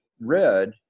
red